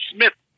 Smith